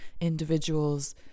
individuals